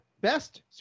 best